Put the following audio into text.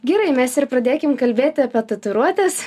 gerai mes ir pradėkim kalbėti apie tatuiruotes